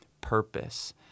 purpose